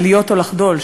של להיות או לחדול,